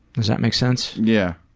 does that make sense? yeah,